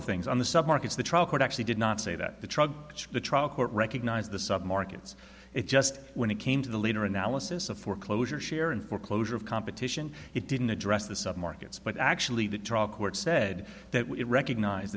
of things on the sub markets the trial court actually did not say that the the trial court recognized the sub markets it just when it came to the later analysis of foreclosure share in foreclosure of competition it didn't address the submarkets but actually the court said that we recognize